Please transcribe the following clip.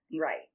Right